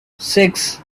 six